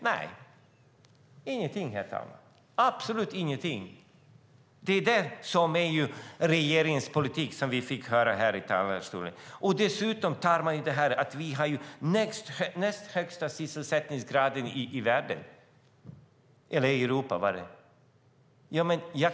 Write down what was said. Nej, ingenting. Absolut ingenting! Det är regeringens politik. Dessutom tar man upp att vi har den näst högsta sysselsättningsgraden i Europa.